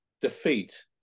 defeat